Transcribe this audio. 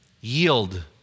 Yield